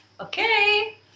okay